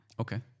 Okay